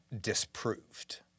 disproved